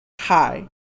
Hi